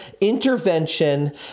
intervention